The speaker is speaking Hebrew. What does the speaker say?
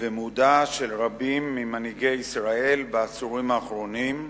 ומודע של רבים ממנהיגי ישראל בעשורים האחרונים,